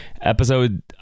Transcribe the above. episode